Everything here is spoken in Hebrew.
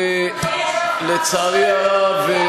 ולצערי הרב,